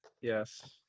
yes